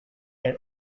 and